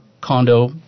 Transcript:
condo